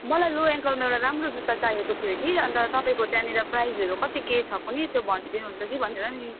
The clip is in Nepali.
मलाई लो एङ्कलमा एउटा राम्रो जुत्ता चाहिएको थियो कि अन्त तपाईँको त्यहाँनिर प्राइसहरू कति के छ कुनि त्यो भनिदिनुहुन्छ कि भनेर नि